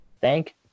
Thank